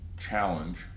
challenge